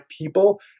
people